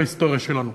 בהיסטוריה שלנו.